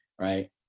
right